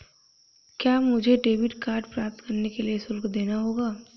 क्या मुझे debit card प्राप्त करने के लिए शुल्क देना होगा?